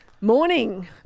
Morning